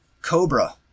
Cobra